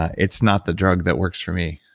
it's not the drug that works for me.